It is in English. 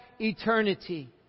eternity